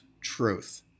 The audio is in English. truth